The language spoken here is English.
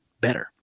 better